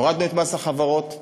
הורדנו את מס החברות מ-26.5%,